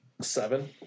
Seven